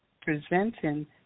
presenting